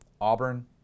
Auburn